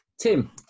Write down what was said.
Tim